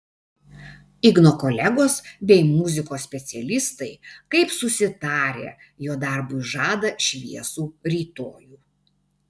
igno kolegos bei muzikos specialistai kaip susitarę jo darbui žada šviesų rytojų